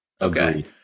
Okay